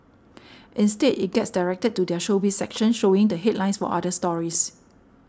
instead it gets directed to their Showbiz section showing the headlines for other stories